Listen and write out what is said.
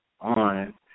on